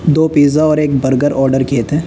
دو pizza اور ایک burger order کیے تھے